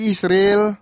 Israel